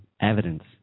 evidence